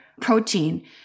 protein